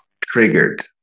triggered